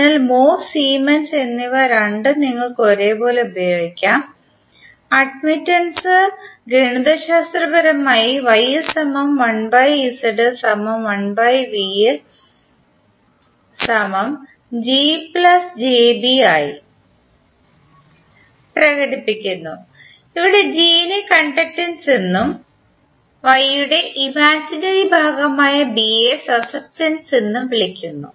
അതിനാൽ mho siemens എന്നിവ രണ്ടും നിങ്ങൾക്ക് ഒരേപോലെ ഉപയോഗിക്കാംഅട്മിറ്റെൻസ് ഗണിതശാസ്ത്രപരമായി ആയി പ്രകടിപ്പിക്കുന്നു ഇവിടെ G നെ കണ്ടക്ടൻസ് എന്നും Y യുടെ ഇമാജിനറി ഭാഗമായ B യെ സസെപ്റ്റൻസ് എന്നും വിളിക്കുന്നു